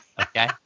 Okay